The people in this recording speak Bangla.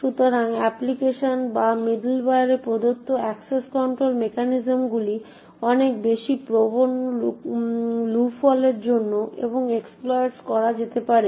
সুতরাং অ্যাপ্লিকেশান বা মিডলওয়্যারে প্রদত্ত অ্যাকসেস কন্ট্রোল মেকানিজমগুলি অনেক বেশি প্রবণ লুফোলের জন্য এবং এক্সপ্লইট করা যেতে পারে